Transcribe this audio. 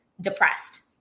depressed